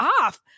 off